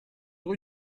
rue